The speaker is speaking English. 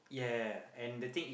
ya ya ya and the thing